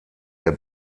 der